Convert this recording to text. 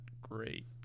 great